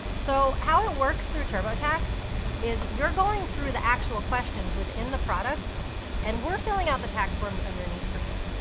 so how it works through turbotax is you're going through the actual questions within the product and we're filling out the tax forms underneath for you.